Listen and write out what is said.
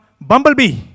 bumblebee